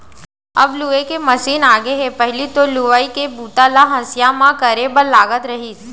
अब लूए के मसीन आगे हे पहिली तो लुवई के बूता ल हँसिया म करे बर लागत रहिस